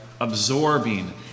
Absorbing